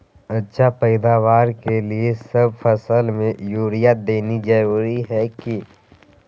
अच्छा पैदावार के लिए सब फसल में यूरिया देना जरुरी है की?